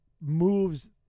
moves